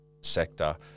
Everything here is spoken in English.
sector